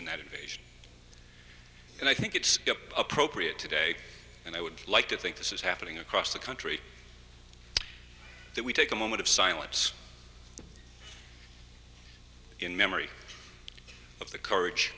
in that invasion and i think it's appropriate today and i would like to think this is happening across the country that we take a moment of silence in memory of the courage